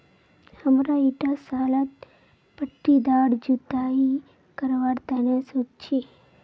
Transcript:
हमरा ईटा सालत पट्टीदार जुताई करवार तने सोच छी